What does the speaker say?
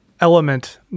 element